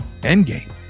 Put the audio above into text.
endgame